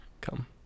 Come